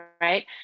right